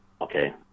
okay